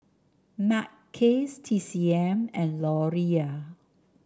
Mackays T C M and Laurier